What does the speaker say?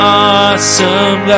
awesome